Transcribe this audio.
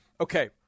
okay